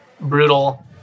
Brutal